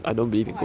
oh I didn't know